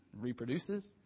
reproduces